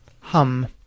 Hum